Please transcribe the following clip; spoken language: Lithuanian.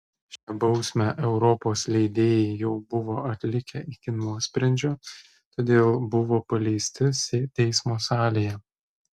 šią bausmę europos leidėjai jau buvo atlikę iki nuosprendžio todėl buvo paleisti teismo salėje